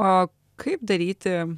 o kaip daryti